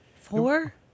Four